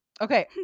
okay